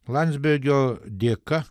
landsbergio dėka